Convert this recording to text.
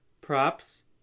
props